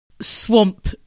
swamp